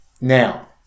Now